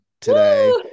today